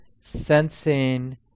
sensing